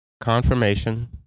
confirmation